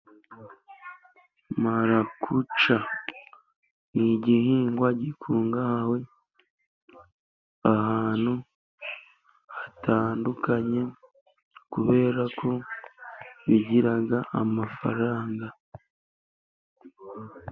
Marakuca. Ni igihingwa gikungahaye ahantu hatandukanye, kubera ko bigira amafaranga.